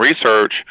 Research